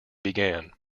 began